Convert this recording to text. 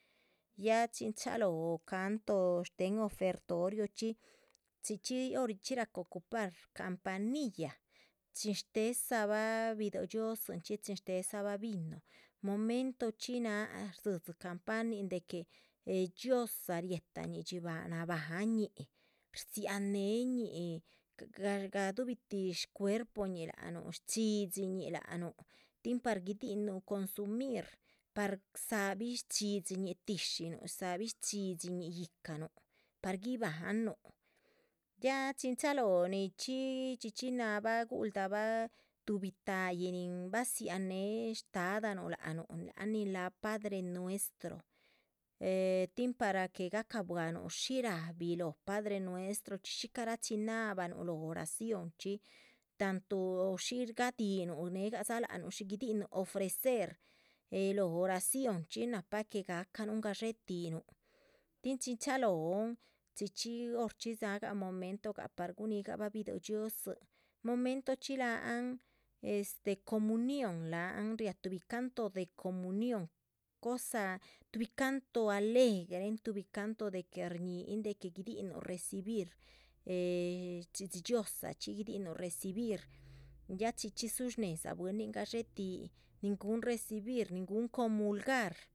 Ya chin chalóho canto shtéhen ofertoriochxi chxí chxí hor yihchxí rahca ocupar campanilla chin shtéhedzabah bidóh dhxiózinchxi chin shtéhedzabah vino. momentochxí náha rdzídzi campanin de que eh dhxiózaa riehtañih dxíbaha, nabáhan ñih, rdzíhan néheñih gadubih tih shcuerpoñih lac nuh, shchxídhxiñuh. lac nuh tin par guidihinuh consumir par dzáhabih shchxídhxiñih tíshinuh dzáhabih shchxídhxiñih, yíhcanuh par guibahanuh ya chin chalóho nichxí chxí chxí náhabah. guhuldabah tuhbi táhayi nin badziáhan néhe shtádanuh lac nuh, láhan nin láha padre nuestro eh tin para que gacabuanuh shí rabih lóho padre nuestro shíca rachinabahanuh. lóho oració chxí tantu shí gadíhinuh néhegadza lac nuh shí guidihinuh ofrecer eh lóho oración chxí nahpa que gahcanun gadxé tihinuh tin chin chalóhon chxi chxí. horchxí dzágan momento gah par gunigah bidóh dhxiózin, momentochxí láhan este comunión lahan riáh tuhbi canto de comunión cosa tuhbi canto alegren tuhbi canto. de que rñíhin de que guidihinuh recibir eh shchxídhxi dhxiózaa chxí guidihinuh recibir ya chxí chxí dzúhush nédza bwín nin gadshé tihi nin gúhun recibir nin gúhun comulgar.